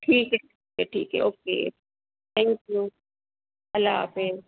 ٹھیک ہے ٹھیک ہے ٹھیک ہے اوکے تھینک یو اللہ حافظ